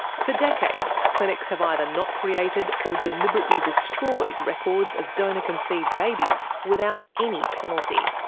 for decades, clinics have either not created or deliberately destroyed records of donor conceived babies, without any penalty.